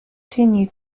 continue